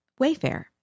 Wayfair